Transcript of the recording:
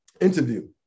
interview